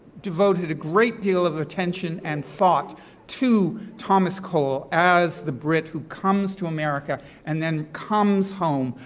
devoted a great deal of attention and thought to thomas cole as the brit who comes to america and then comes home,